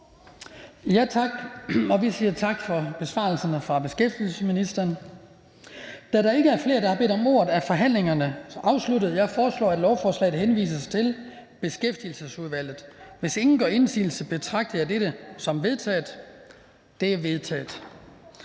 Tak. Vi siger tak for besvarelsen fra beskæftigelsesministeren. Da der ikke er flere, der har bedt om ordet, er forhandlingen sluttet. Jeg foreslår, at lovforslaget henvises til Beskæftigelsesudvalget. Hvis ingen gør indsigelse, betragter jeg dette som vedtaget. Det er vedtaget.